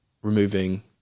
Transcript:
removing